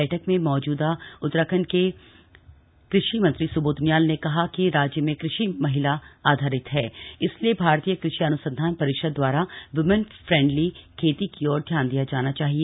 बैठक में मौजूद उत्तराखण्ड के कृषि मंत्री सुबोध उनियाल ने कहा कि राज्य में कृषि महिला आधारित है इसलिए भारतीय कृषि अन्संधान परिषद दवारा वृमन फ्रेंडली खेती की ओर ध्यान दिया जाना चाहिए